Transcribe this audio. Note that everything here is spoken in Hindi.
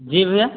जी भैया